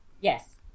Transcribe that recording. Yes